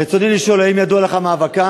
רצוני לשאול: 1. האם ידוע לך מאבקם?